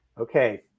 okay